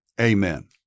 amen